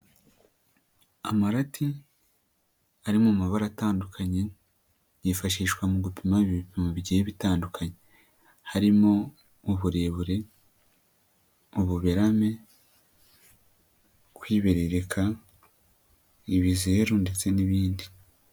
Amarati ari mu mabara atandukanye yifashishwa mu gupima ibintu mu bigiye bitandukanye harimo uburebure, ububerame, kwibereka ibizeru ndetse n'ibindi.